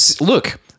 Look